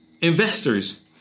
investors